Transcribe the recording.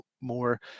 more